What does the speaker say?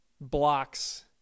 blocks